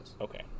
Okay